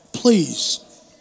Please